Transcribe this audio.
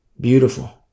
Beautiful